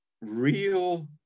real